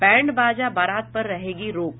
band बाजा बारात पर रहेगी रोक